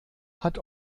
hat